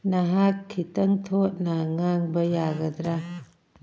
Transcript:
ꯅꯍꯥꯛ ꯈꯤꯇꯪ ꯊꯣꯠꯅ ꯉꯥꯡꯕ ꯌꯥꯒꯗ꯭ꯔꯥ